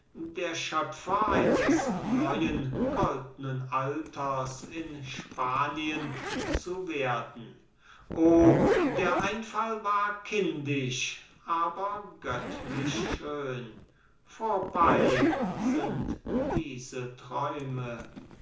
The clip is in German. der schöpfer eines neuen goldnen alters in spanien zu werden o der einfall war kindisch aber göttlich schön vorbei sind diese träume